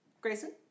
Grayson